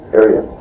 area